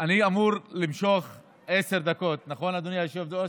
אני אמור למשוך עשר דקות, נכון אדוני היושב-ראש?